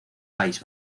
país